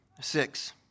Six